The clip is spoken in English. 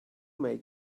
may